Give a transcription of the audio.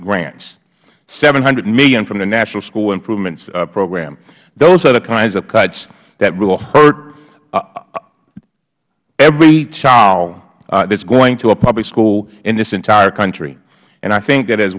grants seven hundred dollars million from the national school improvements program those are the kinds of cuts that will hurt every child that is going to a public school in this entire country and i think that as